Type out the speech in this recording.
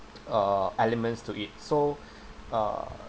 uh elements to it so uh